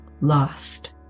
lost